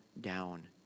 down